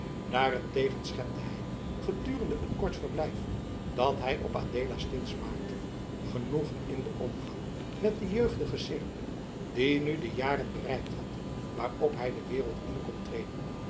daarentegen schepte hij gedurende het kort verblijf dat hij op adeelastins maakte genoegen in den omgang met den jeugdigen seerp die nu de jaren bereikt had waarop hij de wereld in kon treden